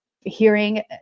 hearing